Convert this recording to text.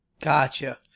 Gotcha